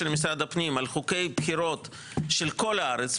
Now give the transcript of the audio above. משרד הפנים על חוקי בחירות של כל הארץ,